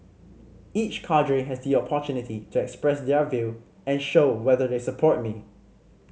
each cadre has the opportunity to express their view and show whether they support me